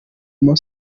nama